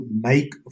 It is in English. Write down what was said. make